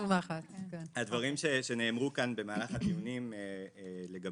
21. הדברים שנאמרו כאן במהלך הדיונים לגבי